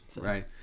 Right